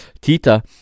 Tita